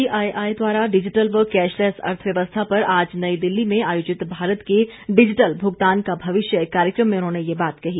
CII द्वारा digital व cashless अर्थव्यवस्था पर आज नई दिल्ली में आयोजित भारत के डिजिटल भुगतान का भविष्य कार्यक्रम में उन्होंने ये बात कही